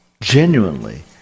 genuinely